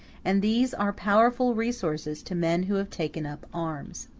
and these are powerful resources to men who have taken up arms.